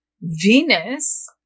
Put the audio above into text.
Venus